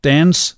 Dance